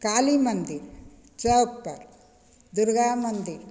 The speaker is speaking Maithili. काली मन्दिर चौकपर दुर्गा मन्दिर